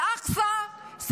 אל-אקצא,